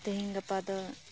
ᱛᱮᱹᱦᱮᱹᱧ ᱜᱟᱯᱟ ᱫᱚ